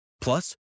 Plus